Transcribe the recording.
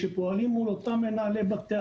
שפועלים מול אותם מנהלי בתי הספר.